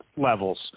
levels